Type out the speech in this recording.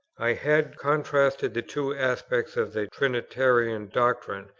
i had contrasted the two aspects of the trinitarian doctrine,